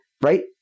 Right